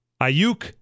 Ayuk